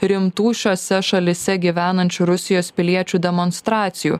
rimtų šiose šalyse gyvenančių rusijos piliečių demonstracijų